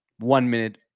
One-minute